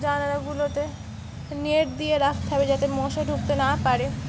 জানলাাগুলোতে net দিয়ে রাখতে হবে যাতে মশা ঢুকতে না পারে